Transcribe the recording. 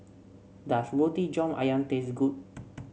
does Roti John ayam taste good